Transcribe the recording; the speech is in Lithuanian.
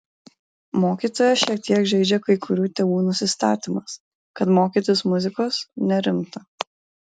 mokytoją šiek tiek žeidžia kai kurių tėvų nusistatymas kad mokytis muzikos nerimta